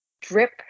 drip